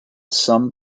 some